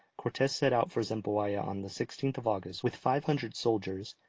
cortes set out for zempoalla on the sixteenth of august, with five hundred soldiers,